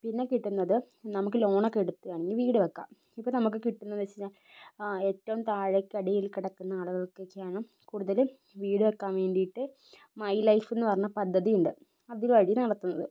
പിന്നെ കിട്ടുന്നത് നമുക്ക് ലോൺ ഒക്കെ എടുത്താണെങ്കിൽ വീട് വെക്കാം ഇപ്പം നമുക്ക് കിട്ടുന്നതെന്ന് വെച്ച് കഴിഞ്ഞാൽ ഏറ്റവും താഴെക്കടിയിൽ കിടക്കുന്ന ആളുകൾക്ക് ഒക്കെയാണ് കൂടുതലും വീടുവെക്കാൻ വേണ്ടിയിട്ട് മൈ ലൈഫ് എന്ന് പറഞ്ഞ പദ്ധതിയുണ്ട് അതുവഴി നടത്തുന്നത്